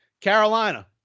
Carolina